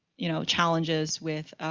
you know, challenges with,